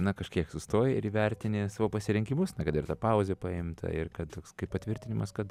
na kažkiek sustoji ir įvertini savo pasirenkimus kad ir ta pauzė paimta ir kad toks kaip patvirtinimas kad